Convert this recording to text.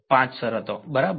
5 શરતો બરાબર